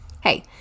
hey